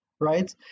right